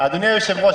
בהן כיושב-ראש,